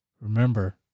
remember